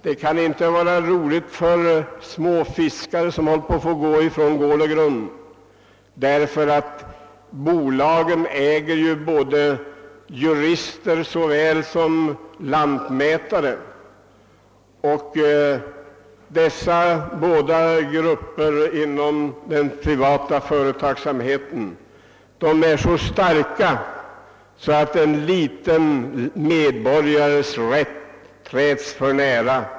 Det kan heller inte vara roligt för en enskild fiskare att tvingas lämna sitt hus vid havet, därför att det bolag som ockuperat statens mark och inte äger marken förfogar över både jurister och lantmätare. I sådana fall trädes lätt en liten medborgares rätt för nära.